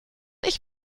ich